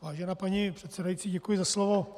Vážená paní předsedající, děkuji za slovo.